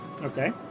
Okay